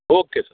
okay sir